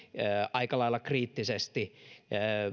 aika lailla kriittisesti